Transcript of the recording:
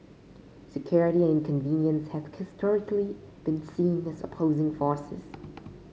security and convenience have historically been seen as opposing forces